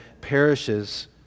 perishes